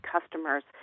customers